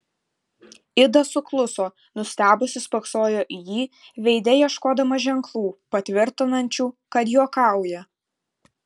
ida sukluso nustebusi spoksojo į jį veide ieškodama ženklų patvirtinančių kad juokauja